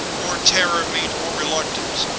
more terror means more reluctance!